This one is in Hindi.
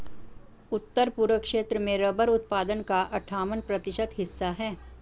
उत्तर पूर्व क्षेत्र में रबर उत्पादन का अठ्ठावन प्रतिशत हिस्सा है